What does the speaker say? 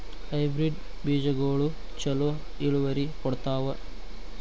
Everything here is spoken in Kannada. ಹೈಬ್ರಿಡ್ ಬೇಜಗೊಳು ಛಲೋ ಇಳುವರಿ ಕೊಡ್ತಾವ?